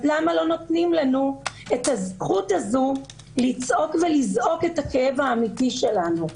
אז למה לא נותנים לנו את הזכות הזאת לצעוק ולזעוק את הכאב האמיתי שלנו?